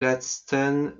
gladstone